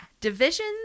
Division